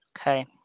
Okay